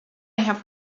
have